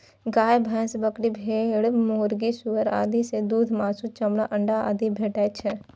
गाय, भैंस, बकरी, भेड़, मुर्गी, सुअर आदि सं दूध, मासु, चमड़ा, अंडा आदि भेटै छै